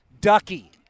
Ducky